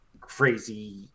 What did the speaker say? crazy